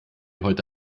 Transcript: heute